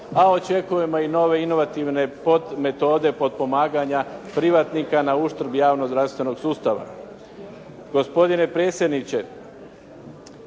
a očekujemo i nove inovativne podmetode potpomaganja privatnika na uštrb javnog zdravstvenog sustava.